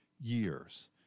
years